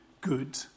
good